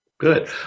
Good